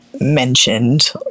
mentioned